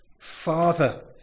Father